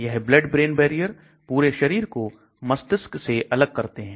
यह Blood brain barrier पूरे शरीर को मस्तिष्क से अलग करते हैं